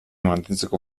mantentzeko